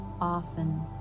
often